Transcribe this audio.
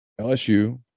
LSU